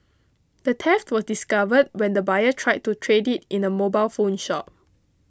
the theft was discovered when the buyer tried to trade it in a mobile phone shop